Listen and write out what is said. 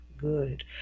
good